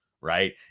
right